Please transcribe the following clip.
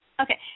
Okay